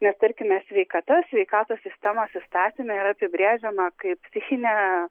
nes tarkime sveikata sveikatos sistemos įstatyme yra apibrėžiama kaip psichinė